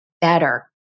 better